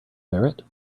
ferret